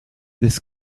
this